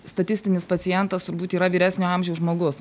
statistinis pacientas turbūt yra vyresnio amžiaus žmogus